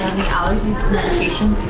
the ah and medication